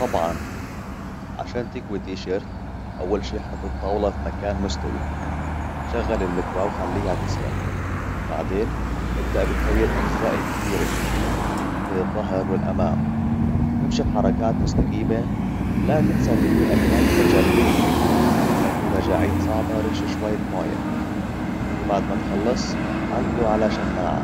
طبعاً عشان تكوي التيشيرت، أول شي حط الطاولة في مكان مستوي شغل المكواه وخليها تسخن بعدين إبدأ بكوي الأجزاء الكبيرة زي الظهر والأمام وامشي بحركات مستقيمة، لا تنسى تكوي الأكمام من الجانبين لو فيه تجاعيد صعبة رش شوية موية وبعد ما تخلص علقه على شماعة